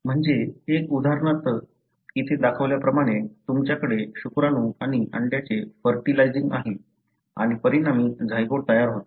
म्हणजे एक उदाहरणार्थ इथे दाखवल्याप्रमाणे तुमच्याकडे शुक्राणू आणि अंड्याचे फर्टिलाइजिंग आहे आणि परिणामी झायगोट तयार होते